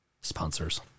sponsors